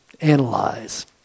analyze